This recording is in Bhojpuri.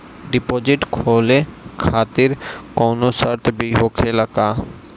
डिपोजिट खोले खातिर कौनो शर्त भी होखेला का?